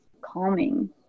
calming